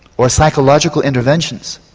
or psychological interventions,